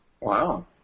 Wow